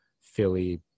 Philly